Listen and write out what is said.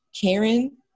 Karen